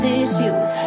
issues